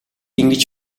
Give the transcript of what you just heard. ингэж